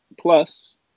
plus